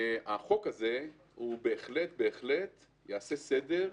החוק הזה בהחלט בהחלט יעשה סדר.